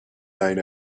night